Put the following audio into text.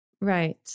Right